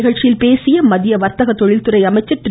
நிகழ்ச்சியில் பேசிய மத்திய வர்த்தக தொழில்துறை அமைச்சர் திரு